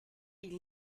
ils